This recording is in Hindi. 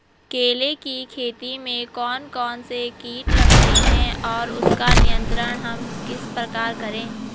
केले की खेती में कौन कौन से कीट लगते हैं और उसका नियंत्रण हम किस प्रकार करें?